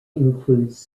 includes